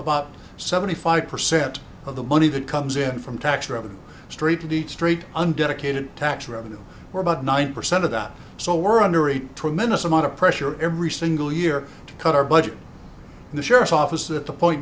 about seventy five percent of the money that comes in from tax revenue straight to the street undedicated tax revenue or about ninety percent of that so we're under a tremendous amount of pressure every single year to cut our budget in the sheriff's office at the point